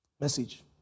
Message